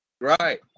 Right